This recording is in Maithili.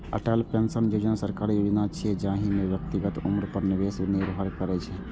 अटल पेंशन योजना सरकारी योजना छियै, जाहि मे व्यक्तिक उम्र पर निवेश निर्भर करै छै